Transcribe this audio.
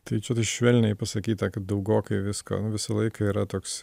tai čia tai švelniai pasakyta kad daugokai viską visą laiką yra toks